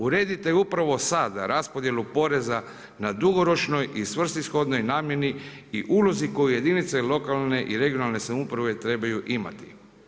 Uredite upravo sada raspodjelu poreza na dugoročnoj i svrsishodnoj namjeni i ulozi koju jedinice lokalne i regionalne samouprave trebaju imati.